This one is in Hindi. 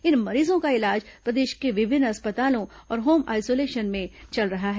इन मरीजों का इलाज प्रदेश के विभिन्न अस्पतालों और होम आइसोलेशन में चल रहा है